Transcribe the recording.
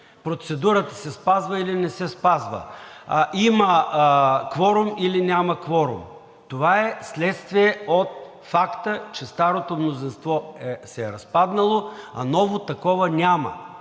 Процедурата се спазва или не се спазва. Има кворум или няма кворум. Това е следствие от факта, че старото мнозинство се е разпаднало, а ново такова няма.